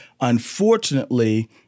unfortunately